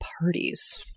parties